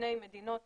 ולפני מדינות